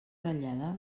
ratllada